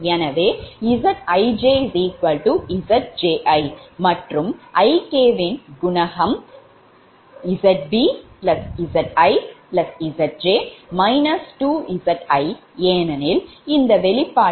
எனவேZijZji மற்றும் Ik வின் குணகம் ZbZiZj 2Zi ஏனெனில் இந்த வெளிப்பாட்டில் ZijZji